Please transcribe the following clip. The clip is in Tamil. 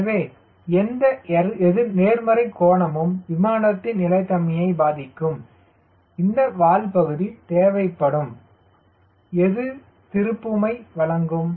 எனவே எந்த நேர்மறை கோணமும் விமானத்தின் நிலைத்தன்மையை பாதிக்கும் இந்த வால் பகுதி தேவைப்படும் எது திருப்புமையை வழங்கும்